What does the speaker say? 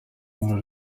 muri